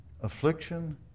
affliction